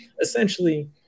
Essentially